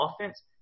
offense